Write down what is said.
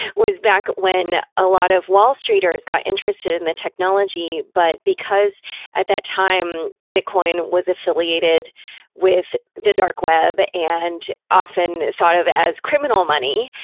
was back when a lot of wall streeters got interested in the technology, but because at that time bitcoin was affiliated with the dark web and often thought of it as criminal money,